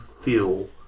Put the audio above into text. feel